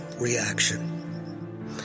reaction